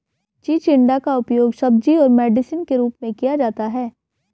चिचिण्डा का उपयोग सब्जी और मेडिसिन के रूप में किया जाता है